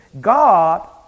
God